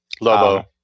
Lobo